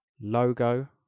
logo